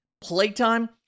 playtime